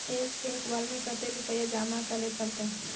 एक बार में कते रुपया जमा करे परते?